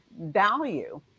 value